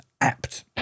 apt